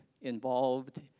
involved